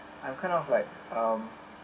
I'm kind of like um